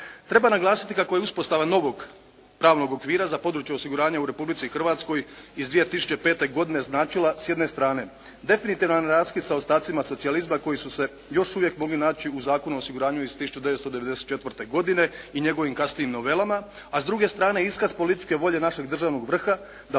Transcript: Treba naglasiti kako je uspostava pravnog okvira za područje osiguranja u Republici Hrvatskoj iz 2005. godine značila s jedne strane definitivan raskid sa ostacima socijalizma koji su se još uvijek mogli naći u Zakonu o osiguranju iz 1994. godine i njegovim kasnijim novelama. A s druge strane iskaz političke volje našeg državnog vrha da